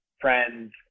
friends